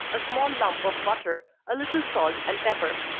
a small lump of butter, a little salt and pepper.